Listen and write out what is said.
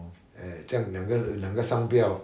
eh 这样两个两个商标